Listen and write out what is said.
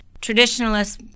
Traditionalists